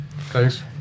Thanks